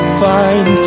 find